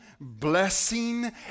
blessing